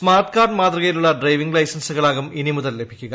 smart card മാതൃകയിലുള്ള driving ലൈസൻസുകളാകും ഇനി മുതൽ ലഭിക്കുക